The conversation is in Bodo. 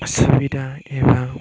सुबिदा एबा